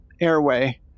airway